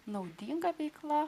naudinga veikla